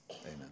Amen